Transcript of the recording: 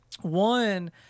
One